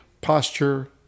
posture